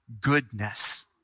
Goodness